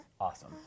awesome